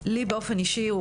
חשוב לי באופן אישי.